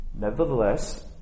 Nevertheless